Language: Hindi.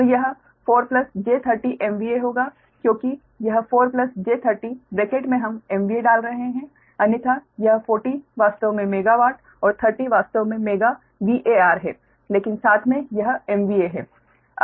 तो यह 4 j30 MVA होगा क्योंकि यह 4 j30 ब्रैकेट में हम MVA डाल रहे हैं अन्यथा यह 40 वास्तव में मेगावाट और 30 वास्तव में मेगा VAR है लेकिन साथ में यह MVA है